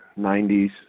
90s